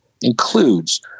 includes